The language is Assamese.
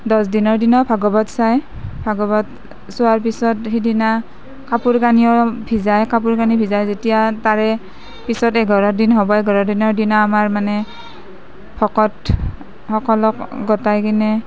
দহ দিনৰ দিনাও ভাগৱত চায় ভাগৱত চোৱাৰ পিছত সিদিনা কাপোৰ কানিও ভিজাই কাপোৰ কানি ভিজাই যেতিয়া তাৰে পিছত এঘাৰ দিন হ'ব এঘাৰ দিনা আমাৰ মানে ভকতসকলক গোটাই কিনে